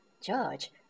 George